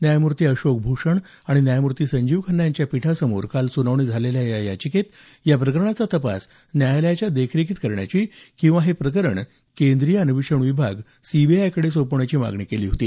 न्यायमूर्ती अशोक भूषण आणि न्यायमूर्ती संजीव खन्ना यांच्या पीठासमोर काल सुनावणी झालेल्या या याचिकेत या प्रकरणाचा तपास न्यायालयाच्या देखरेखीत करण्याची किंवा हे प्रकरण केंद्रीय अन्वेषण विभाग सीबीआयकडे सोपवण्याची मागणी केली होती